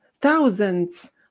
thousands